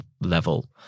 level